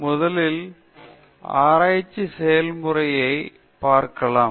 எனவே முதலில் ஆராய்ச்சி செயல்முறையை பார்க்கலாம்